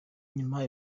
nyuma